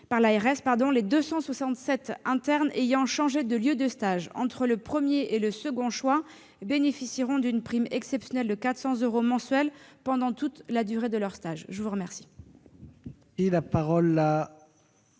par l'ARS, les 267 internes ayant changé de lieu de stage entre le premier et le second choix bénéficieront d'une prime exceptionnelle de 400 euros par mois durant toute la durée de leur stage. La parole est